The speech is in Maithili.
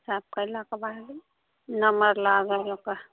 साफ कएलाके बादे नम्बर लागल ओकर